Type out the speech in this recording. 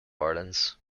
orleans